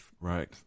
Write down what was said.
Right